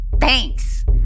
Thanks